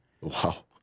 Wow